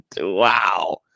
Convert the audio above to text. wow